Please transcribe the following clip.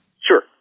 Sure